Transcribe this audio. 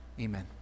Amen